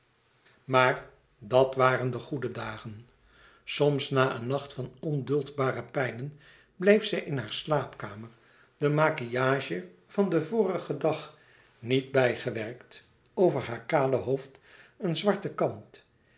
maar dat waren de goede dagen soms na een nacht van onduldbare pijnen bleef zij in haar slaapkamer de maquillage van den vorigen dag niet bijgewerkt over haar kale hoofd een zwarte kant